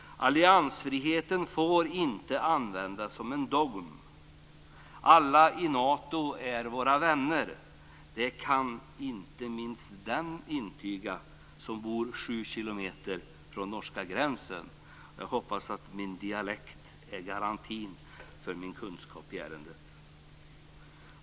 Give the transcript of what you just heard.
Alliansfriheten får inte användas som en dogm. Alla i Nato är våra vänner. Det kan inte minst jag som bor sju kilometer från den norska gränsen intyga. Jag hoppas att min dialekt kan tjäna som garanti för min kunskap i ärendet.